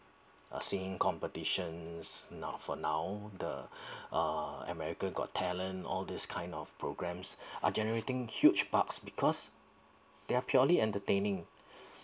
uh singing competitions now for now the uh america got talent all these kind of programmes are generating huge perks because they are purely entertaining